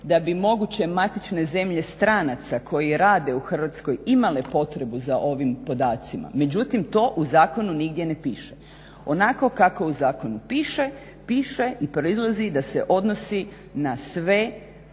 da bi moguće matične zemlje stranaca koji rade u Hrvatskoj imale potrebu za ovim podacima, međutim to u zakonu nigdje ne piše. Onako kako u zakonu piše, piše i proizlazi da se odnosi na sve